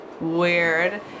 Weird